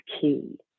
key